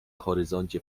horyzoncie